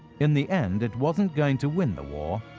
in the end, it wasn't going to win the war,